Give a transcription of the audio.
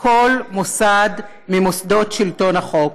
כל מוסד ממוסדות שלטון החוק.